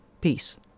Peace